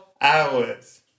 hours